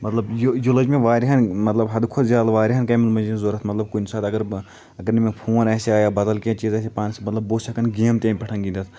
مطلب یہِ یہِ لٔج مےٚ واریاہن مطلب حَدٕ کھۄتہٕ زیادٕ واریاہَن کامٮ۪ن اَمہِ مٔزیٖد ضروٗرَت مطلب کُنہِ ساتہٕ اَگَر بہٕ اَگَر نہٕ مےٚ فون آسہِ ہا یا بَدل کینٛہہ چیٖز آسہِ ہا پانَسٕے مطلب بہٕ اوسُس ہٮ۪کان گیم تہِ اَمہِ پٮ۪ٹھ گنٛدِتھ